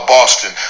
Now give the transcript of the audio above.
Boston